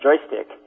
joystick